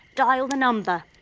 dial the number